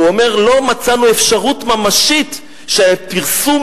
הוא אומר: לא מצאנו אפשרות ממשית שפרסום